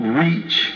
reach